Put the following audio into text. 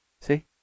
See